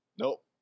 Nope